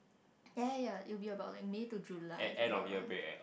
ya ya ya it will be about like May to July if I'm not wrong